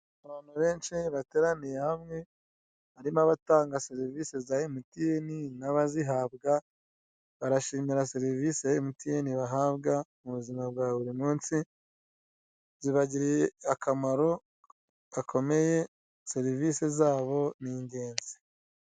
Abantu benshi bateraniye hamwe barimo abatanga serivisi za MTN n'abazihabwa, barashimira serivisi ya MTN bahabwa mu buzima bwa buri munsi, zibagiriye akamaro gakomeye. Serivisi zabo ni ingenzi.